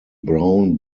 brown